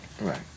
Right